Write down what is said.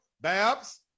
Babs